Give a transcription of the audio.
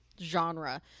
genre